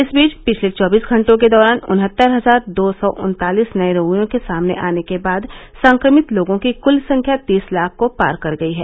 इस बीच पिछले चौबीस घंटों के दौरान उनहत्तर हजार दो सौ उन्तालीस नये रोगियों के सामने आने के बाद संक्रमित लोगों की कुल संख्या तीस लाख को पार कर गई है